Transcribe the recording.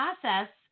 process